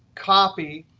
copy,